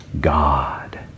God